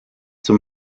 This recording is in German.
zum